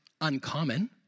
uncommon